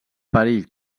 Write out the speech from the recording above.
perill